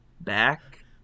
back